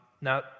Now